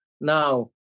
Now